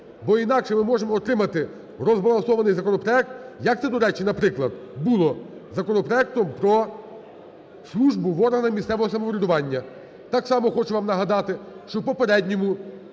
Бо інакше ми можемо отримати розбалансований законопроект, як це, до речі, наприклад, було з законопроектом про службу в органах місцевого самоврядування. Так само хочу вам нагадати, що в попередньому